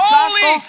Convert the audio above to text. holy